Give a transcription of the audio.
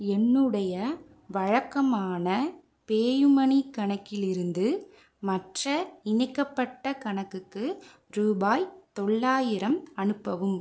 என்னுடைய வழக்கமான பேயூமனி கணக்கிலிருந்து மற்ற இணைக்கப்பட்ட கணக்குக்கு ரூபாய் தொள்ளாயிரம் அனுப்பவும்